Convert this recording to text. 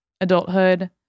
Adulthood